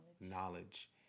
Knowledge